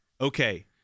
okay